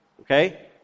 okay